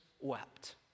wept